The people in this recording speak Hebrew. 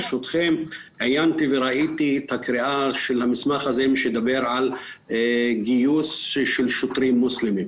ברשותכם - עיינתי וראיתי את המסמך הזה שמדבר על גיוס של שוטרים מוסלמים.